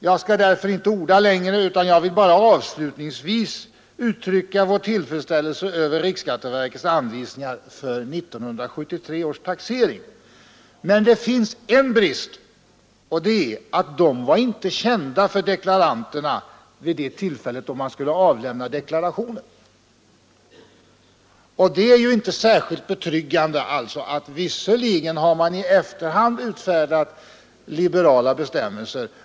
Jag skall därför inte orda längre utan vill bara avslutningsvis uttrycka vår tillfredsställelse över riksskatteverkets anvisningar för 1973 års taxering. Men det finns en brist, och det är att dessa anvisningar inte var kända för deklaranterna då deklarationerna skulle avlämnas. Det är inte helt betryggande att man i efterhand utfärdat liberala bestämmelser.